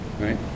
right